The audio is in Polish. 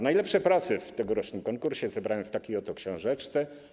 Najlepsze prace w tegorocznym konkursie zebrałem w takie oto książeczce.